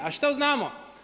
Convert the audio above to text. A što znamo?